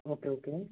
okay okay